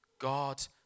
God